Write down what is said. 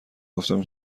گفتم